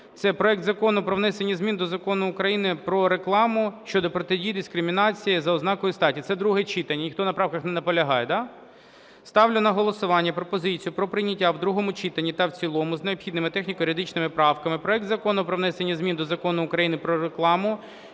Це проект Закону про внесення змін до Закону України "Про рекламу" щодо протидії дискримінації за ознакою статі. Це друге читання. Ніхто направках не наполягає, да? Ставлю на голосування пропозицію про прийняття у другому читанні та в цілому з необхідними техніко-юридичними правками проект Закону про внесення змін до Закону України "Про рекламу"